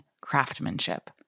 craftsmanship